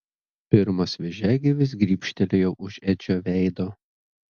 pirmas vėžiagyvis grybštelėjo už edžio veido